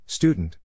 Student